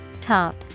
Top